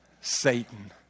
Satan